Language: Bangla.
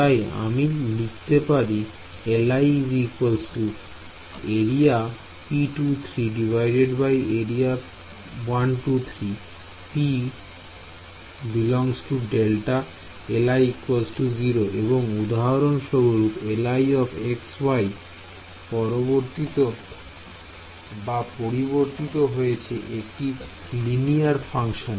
তাই আমি লিখতে পারি Li AreaArea P ∈ Δ Li 0 এবং উদাহরণস্বরূপ Lix y পরিবর্তিত হয়েছে একটি লিনিয়ার ফাংশানে